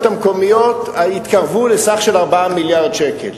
המקומיות התקרבו לסך 4 מיליארד שקל.